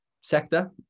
sector